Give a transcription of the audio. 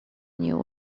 new